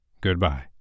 goodbye